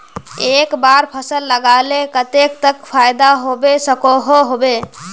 एक बार फसल लगाले कतेक तक फायदा होबे सकोहो होबे?